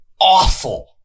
awful